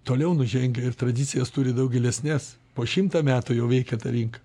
toliau nužengia ir tradicijas turi daug gilesnes po šimtą metų jau veikia ta rinka